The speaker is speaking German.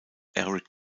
eric